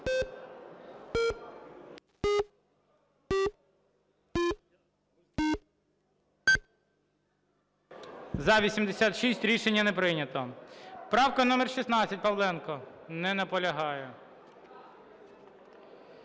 За-86 Рішення не прийнято. Правка номер 16, Павленко. Не наполягає.